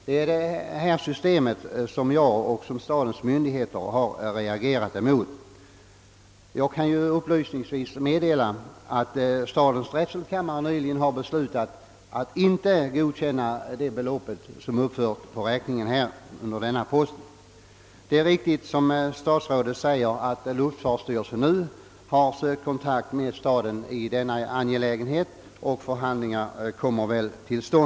Det är mot detta system som jag och stadens myndigheter har reagerat, och jag kan upplysningsvis meddela att stadens drätselkammare nyligen beslutat att inte godkänna det sistnämnda beloppet på räkningen. Det är emellertid riktigt som statsrådet säger att luftfartsstyrelsen nu sökt kontakt med staden i denna angelägenhet och att förhandlingar väl kommer till stånd.